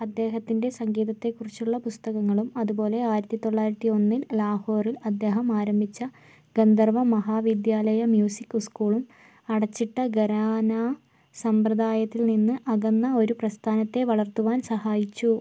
അദ്ദേഹത്തിൻ്റെ സംഗീതത്തെക്കുറിച്ചുള്ള പുസ്തകങ്ങളും അതുപോലെ ആയിരത്തിതൊള്ളായിരത്തി ഒന്നിൽ ലാഹോറിൽ അദ്ദേഹം ആരംഭിച്ച ഗന്ധർവമഹാവിദ്യാലയ മ്യൂസിക് സ്കൂളും അടച്ചിട്ട ഘരാനാസമ്പ്രദായത്തിൽനിന്ന് അകന്ന ഒരു പ്രസ്ഥാനത്തെ വളർത്തുവാൻ സഹായിച്ചു